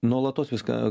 nuolatos viską